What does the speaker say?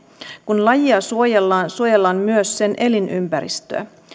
kun lajia suojellaan suojellaan myös sen elinympäristöä